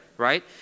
right